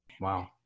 Wow